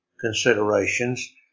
considerations